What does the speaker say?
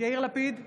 יאיר לפיד,